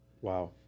Wow